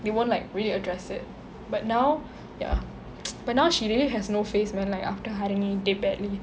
they won't like really address it but now ya but now she really has no face man like after harini did badly